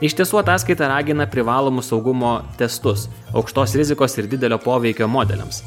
iš tiesų ataskaita ragina privalomus saugumo testus aukštos rizikos ir didelio poveikio modeliams